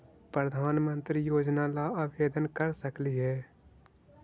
प्रधानमंत्री योजना ला आवेदन कर सकली हे?